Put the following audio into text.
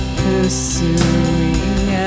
pursuing